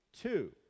two